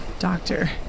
Doctor